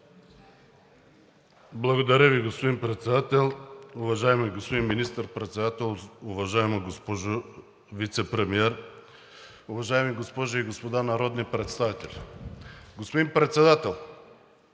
Благодаря Ви, господин Председател. Уважаеми господин Министър-председател, уважаема госпожо Вицепремиер, уважаеми госпожи и господа народни представители! Господин Председател,